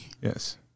Yes